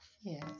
Yes